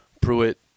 Pruitt